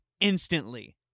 instantly